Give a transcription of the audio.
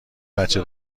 بچه